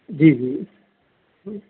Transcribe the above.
ਜੀ ਜੀ